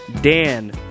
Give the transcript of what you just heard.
Dan